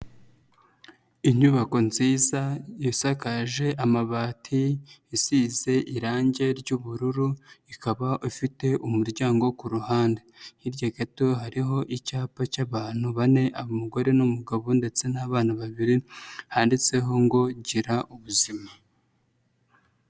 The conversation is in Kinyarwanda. Inyubako nziza isakaje amabati, isize irangi ry'ubururu, ikaba ifite umuryango ku ruhande. Hirya gato hariho icyapa cy'abantu bane umugore n'umugabo ndetse n'abana babiri, handitseho ngo girubuzima.